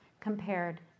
compared